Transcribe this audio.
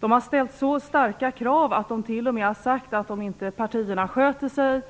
De har ställt så starka krav att de t.o.m. har sagt att om inte partierna sköter sig